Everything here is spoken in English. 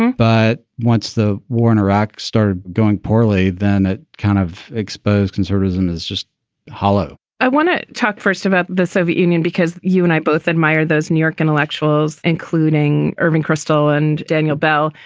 but once the war in iraq started going poorly, then it kind of exposed. conservatism is just hollow i want to talk first about the soviet union, because you and i both admire those new york intellectuals, including irving kristol and daniel bell,